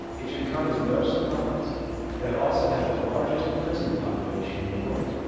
it shall come as no surprise that it also has the largest prison population in the world.